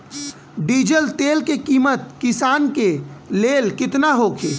Diesel तेल के किमत किसान के लेल केतना होखे?